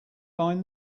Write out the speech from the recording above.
find